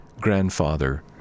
grandfather